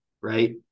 Right